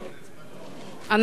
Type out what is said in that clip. אנחנו ממשיכים.